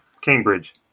Cambridge